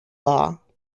law